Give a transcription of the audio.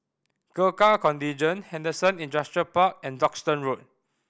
Gurkha Contingent Henderson Industrial Park and Duxton Road